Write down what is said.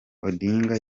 odinga